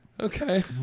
Okay